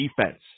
defense